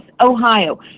Ohio